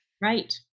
Right